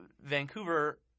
Vancouver